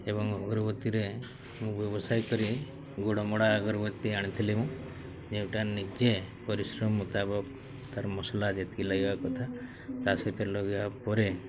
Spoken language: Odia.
ଏବଂ ଅଗରବତୀରେ ମୁଁ ବ୍ୟବସାୟ କରି ଗୋଡ଼ମଡ଼ା ଅଗରବତୀ ଆଣିଥିଲି ଯେଉଁଟା ନିଜେ ପରିଶ୍ରମ ମୁତାବକ ତାର ମସଲା ଯେତିକି ଲଗିବା କଥା ତା ସହିତ ଲଗାଇବା ପରେ